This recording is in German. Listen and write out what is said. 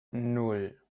nan